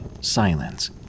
silence